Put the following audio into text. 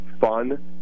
fun